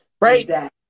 Right